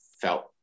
felt